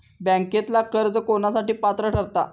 बँकेतला कर्ज कोणासाठी पात्र ठरता?